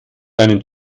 deinem